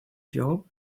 job